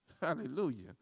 Hallelujah